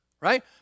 Right